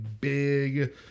big